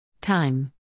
Time